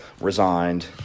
resigned